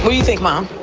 do you think, mom,